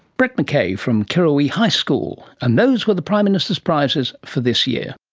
brett mckay from kirrawee high school. and those were the prime minister's prizes for this year